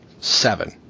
seven